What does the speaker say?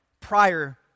prior